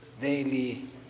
daily